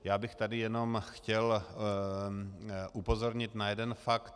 Já bych tady jenom chtěl upozornit na jeden fakt.